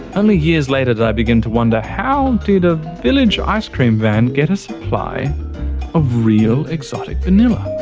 only years later did i begin to wonder how did a village ice cream van get a supply of real exotic vanilla?